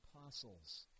apostles